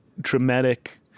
dramatic